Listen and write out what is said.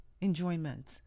enjoyment